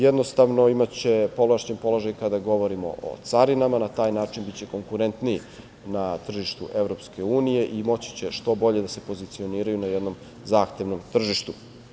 Jednostavno imaće povlašćen položaj kada govorimo o carinama na taj način biće konkurentniji na tržištu EU i moći će što bolje da se pozicioniraju na jednom zahtevnom tržištu.